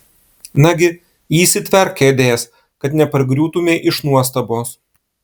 nagi įsitverk kėdės kad nepargriūtumei iš nuostabos